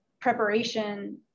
preparation